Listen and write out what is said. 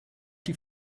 die